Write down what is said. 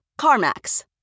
CarMax